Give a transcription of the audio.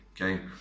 okay